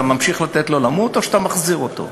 אתה ממשיך לתת לו למות, או שאתה מחזיר אותו?